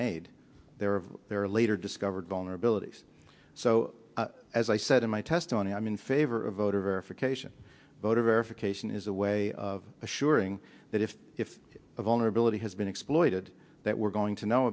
made there are there later discovered vulnerabilities so as i said in my testimony i'm in favor of voter verification voter verification is a way of assuring that if if a vulnerability has been exploited that we're going to know